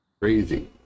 Crazy